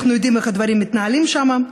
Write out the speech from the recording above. אנחנו יודעים איך הדברים מתנהלים שם.